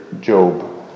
Job